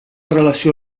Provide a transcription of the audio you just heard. relació